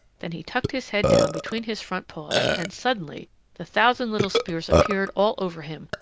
then he tucked his head down between his front paws and suddenly the thousand little spears appeared all over him,